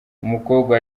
umukobwa